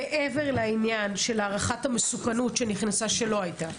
מעבר להערכת המסוכנות שנכנסה אליו ולא הייתה,